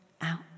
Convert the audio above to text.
Out